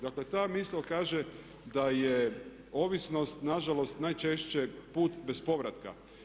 Dakle ta misao kaže da je ovisnost na žalost najčešće put bez povratka.